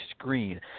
screen